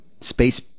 space